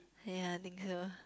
ya I think so